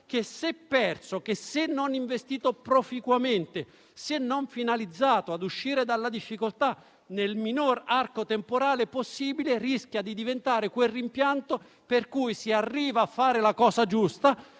che se perso e se non investito proficuamente, se non finalizzato ad uscire dalla difficoltà nel minor arco temporale possibile, rischia di diventare quel rimpianto per cui si arriva a fare la cosa giusta,